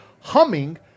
humming